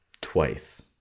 twice